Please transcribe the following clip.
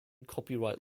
copyright